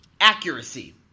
accuracy